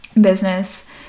business